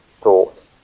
thought